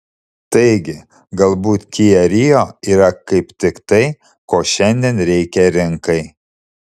taigi galbūt kia rio yra kaip tik tai ko šiandien reikia rinkai